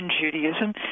Judaism